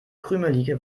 krümelige